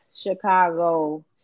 Chicago